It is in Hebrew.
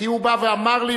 כי הוא בא ואמר לי,